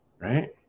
Right